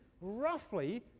roughly